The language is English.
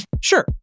Sure